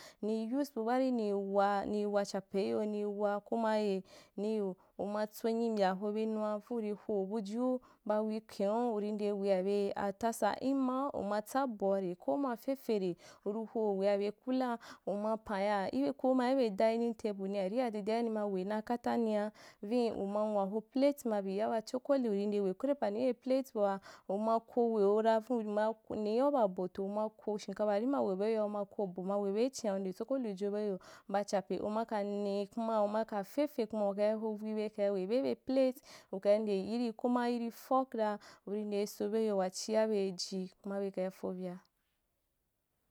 Ni use bu baari nii wa niì wachape iyo, nii wa komaye niyo, umatsa nyi mbya be ho nua vin urì ho buju ba wikuwenù vin uri nde wea be atasa, imma umatsa boare, ko fefe re, uri hp wea be coola uma pan ya kama ibe danin taibu na arìa, dedea nima wena kata nia via, uma nwaho plate mabi ya ba chokoli urì nde we ko nde paani ibe palte bua, uma ko weura vin, uma ne wa babo toh, uma ko shinkapaarì ma we be iyo uma ko bo ma webe ichin’a uri nde chokoli dwo be iyo ba chape, uma ka ne kuma umaka fefe kuma ukai howi be kai we bei ibe palte, ukai yiri ko ma yiri folk ra, uri ade so be yo wachia beiji kuma be kaī fovya.